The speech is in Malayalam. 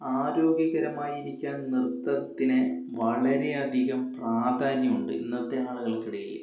ആരോഗ്യകരമായിരിക്കാൻ നൃത്തത്തിന് വളരെ അധികം പ്രാധാന്യമുണ്ട് ഇന്നത്തെ ആളുകൾക്കിടയിൽ